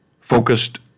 focused